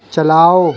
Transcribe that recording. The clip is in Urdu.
چلاؤ